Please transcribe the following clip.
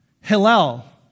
Hillel